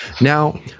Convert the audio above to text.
Now